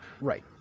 right